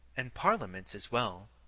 and parliaments as well,